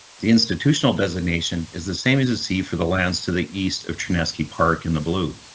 the institutional designation is the same as a c for the lands to the east of trina ski park in the blue.